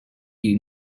you